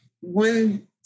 One